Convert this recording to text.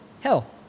hell